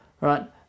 right